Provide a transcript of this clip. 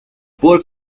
pork